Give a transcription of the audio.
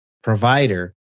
provider